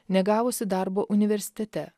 negavusi darbo universitete